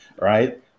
right